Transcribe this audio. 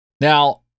Now